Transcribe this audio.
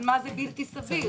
מה זה בלתי סביר.